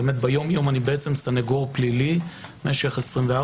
ביום-יום אני סנגור פלילי משך 24,